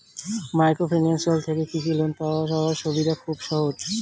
Microfinance থেকে কি loan পাওয়ার সুবিধা খুব সহজ?